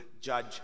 judge